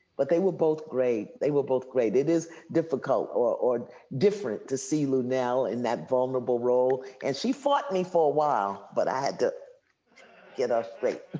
but they were both great. they were both great. it is difficult or or different to see luenell in that vulnerable role. and she fought me for awhile, but i had to get her ah straight.